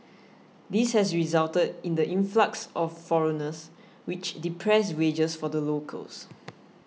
this has resulted in the influx of foreigners which depressed wages for the locals